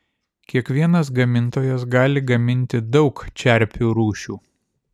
kiekvienas gamintojas gali gaminti daug čerpių rūšių